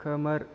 खोमोर